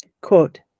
Quote